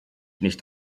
nicht